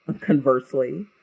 conversely